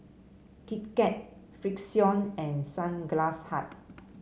Kit Kat Frixion and Sunglass Hut